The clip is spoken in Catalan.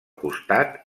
costat